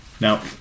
Now